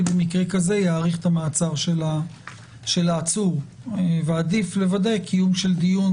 במקרה כזה יאריך את המעצר של העצור ועדיף לוודא קיום של דיון,